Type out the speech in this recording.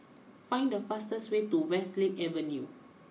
find the fastest way to Westlake Avenue